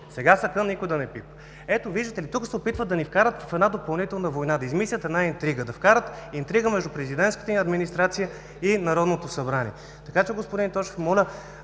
сега никой да не пипа! Ето виждате ли, тук се опитват да ни вкарат в една допълнителна война. Да измислят една интрига, да вкарат интрига между президентската администрация и Народното събрание. Господин Тошев, моля